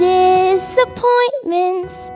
disappointments